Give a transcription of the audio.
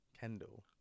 Kendall